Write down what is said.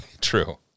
True